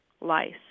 lice